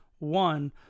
One